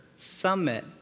Summit